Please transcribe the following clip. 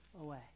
away